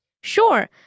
Sure